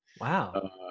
Wow